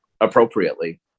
appropriately